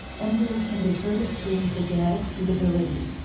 embryos can be further screened for genetic suitability,